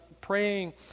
praying